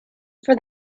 for